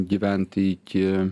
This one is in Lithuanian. gyventi iki